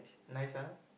nice ah